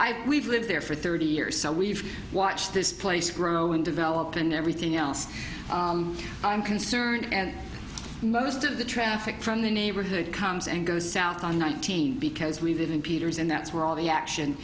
help we've lived there for thirty years so we've watched this place grow and develop and everything else i'm concerned and most of the traffic from the neighborhood comes and goes south on nineteen because we didn't peters and that's where all the action